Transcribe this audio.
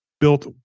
built